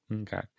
Okay